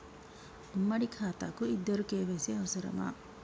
ఉమ్మడి ఖాతా కు ఇద్దరు కే.వై.సీ అవసరమా?